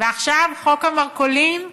ועכשיו, חוק המרכולים,